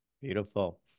Beautiful